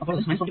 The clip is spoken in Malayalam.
അപ്പോൾ അത് 0